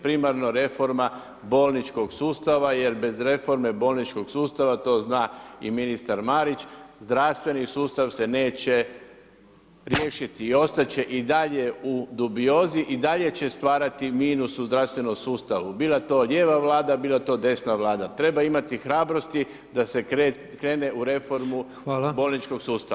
Primarno reforma bolničkog sustava jer bez reforme bolničkog sustava, to zna i ministar Marić, zdravstveni sustav se neće riješiti i ostati će i dalje u dubiozi i dalje će stvarati minus u zdravstvenom sustavu, bila to lijeva Vlada, bilo to desna Vlada, treba imati hrabrosti da se krene u reformu [[Upadica: Hvala]] bolničkog sustava.